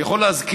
אני יכול להזכיר,